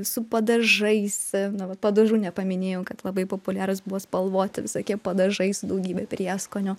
su padažais na va padažų nepaminėjau kad labai populiarūs buvo spalvoti visokie padažai su daugybe prieskonių